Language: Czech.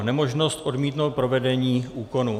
Nemožnost odmítnout provedení úkonu.